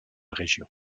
région